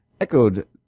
echoed